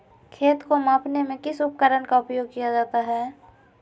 खेत को मापने में किस उपकरण का उपयोग किया जाता है?